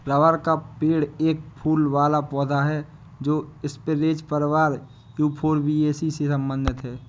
rubber का पेड़ एक फूल वाला पौधा है जो स्परेज परिवार यूफोरबियासी से संबंधित है